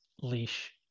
leash